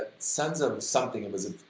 sons of something, it was a